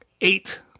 eight